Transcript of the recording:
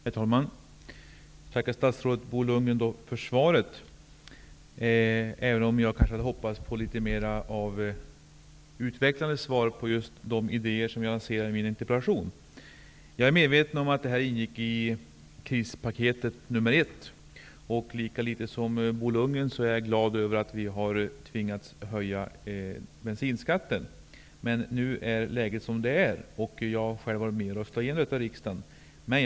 Herr talman! Jag tackar statsrådet Bo Lundgren för svaret, även om jag hade hoppats på ett mer utvecklat svar när det gäller just de idéer som jag lanserar i min interpellation. Jag är medveten om att bensinskattehöjningen ingick i krispaket nr 1. Jag är lika litet glad som Bo Lundgren över att man har tvingats höja bensinskatten. Men nu är läget som det är, och jag var själv med och röstade igenom höjningen i riksdagen.